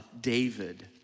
David